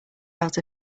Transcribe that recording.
out